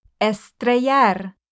Estrellar